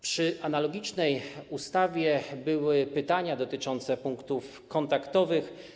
Przy analogicznej ustawie były pytania dotyczące punktów kontaktowych.